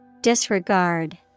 Disregard